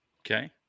Okay